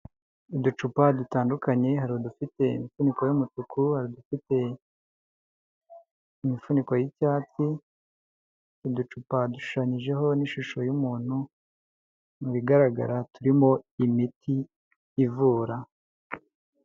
Uducupa dutandukanye, hari udufite imifuniko y'umutuku, hariu dufite imifuniko y'icyatsi, uducupa dushushanyijeho n'ishusho y'umuntu, mu bigaragara turimo imiti ivura.